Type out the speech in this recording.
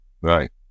Right